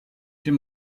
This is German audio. dem